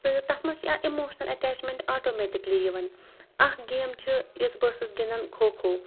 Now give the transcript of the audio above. تہٕ تَتھ منٛز چھِ اِموشنَل اَٹیچمینٛٹ آٹومیٹِکلی یِوان اَکھ گیم چھِ یُس بہٕ ٲسٕس گِنٛدان کھو کھو